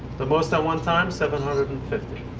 the most at one time? seven hundred and fifty.